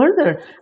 further